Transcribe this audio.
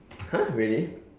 !huh! really